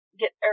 get